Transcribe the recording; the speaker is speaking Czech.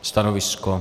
Stanovisko?